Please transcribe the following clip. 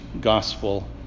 gospel